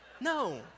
No